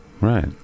Right